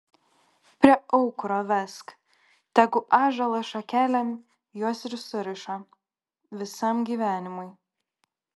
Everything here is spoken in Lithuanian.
prie aukuro vesk tegu ąžuolo šakelėm juos ir suriša visam gyvenimui